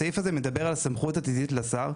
הסעיף הזה מדבר על סמכות עתידית לשר,